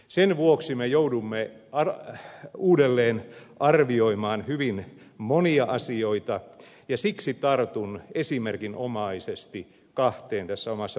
sen vuoksi me joudumme uudelleen arvioimaan hyvin monia asioita ja siksi tartun esimerkinomaisesti kahteen tässä omassa puheenvuorossani